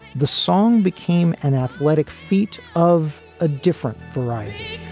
the song became an athletic feat of a different variety